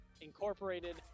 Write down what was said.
Incorporated